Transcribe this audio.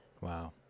Wow